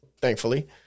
thankfully